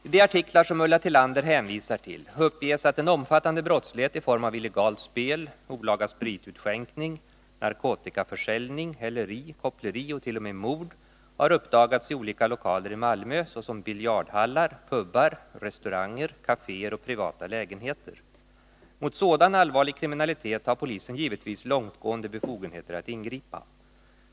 I de artiklar som Ulla Tillander hänvisar till uppges att en omfattande brottslighet i form av illegalt spel, olaga spritutskänkning, narkotikaförsäljning, häleri, koppleri och t.o.m. mord har uppdagats i olika lokaler i Malmö såsom biljardhallar, pubar, restauranger, kaféer och privata lägenheter. Mot sådan allvarlig kriminalitet har polisen givetvis långtgående befogenheter att ingripa.